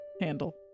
handle